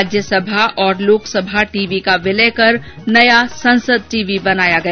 राज्यसभा और लोकसभा टीवी का विलय कर नया संसद टीवी बनाया गया